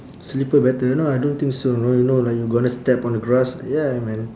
slipper better no I don't think so know you know like you gonna step on grass ya man